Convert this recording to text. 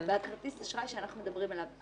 כרטיס אשראי שאנחנו מדברים עליו.